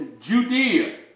Judea